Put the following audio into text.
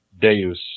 deus